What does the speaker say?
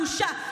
בושה.